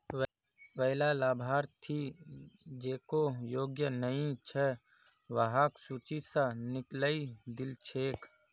वैला लाभार्थि जेको योग्य नइ छ वहाक सूची स निकलइ दिल छेक